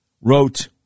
wrote